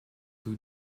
two